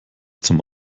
zum